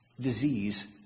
disease